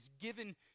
given